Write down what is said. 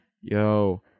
Yo